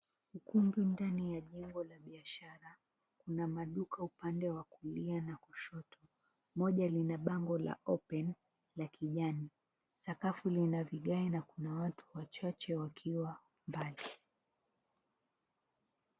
Ukumbi ndani ya jengo la biashara kuna maduka upande wa kulia na kushoto moja lina bango la open la kijani sakafu lina vigae na kuna watu wachache wakiwa mbali.